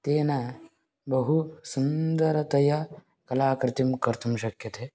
तेन बहु सुन्दरतया कलाकृतिं कर्तुं शक्यते